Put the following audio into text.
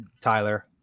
Tyler